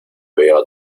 veo